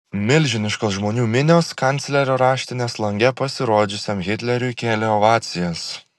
milžiniškos žmonių minios kanclerio raštinės lange pasirodžiusiam hitleriui kėlė ovacijas